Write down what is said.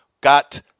got